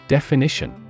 Definition